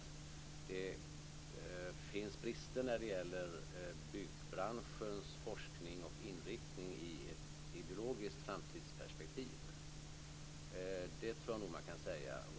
Men det finns brister när det gäller byggbranschens forskning och inriktning i ett ideologiskt framtidsperspektiv.